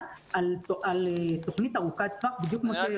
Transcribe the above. על תכנית ארוכת טווח בדיוק כמו שיעל אמרה.